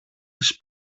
τις